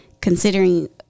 considering